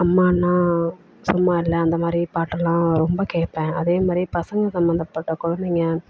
அம்மானா சும்மா இல்லை அந்த மாதிரி பாட்டுலாம் ரொம்ப கேட்பேன் அதே மாதிரி பசங்க சம்பந்தப்பட்ட கொழந்தைங்க